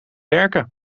werken